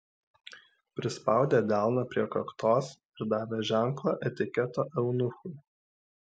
prispaudė delną prie kaktos ir davė ženklą etiketo eunuchui